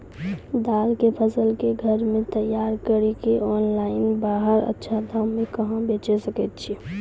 दाल के फसल के घर मे तैयार कड़ी के ऑनलाइन बाहर अच्छा दाम मे कहाँ बेचे सकय छियै?